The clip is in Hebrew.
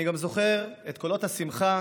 אני גם זוכר את קולות השמחה